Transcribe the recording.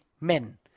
men